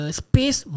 space